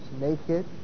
Naked